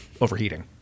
overheating